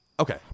Okay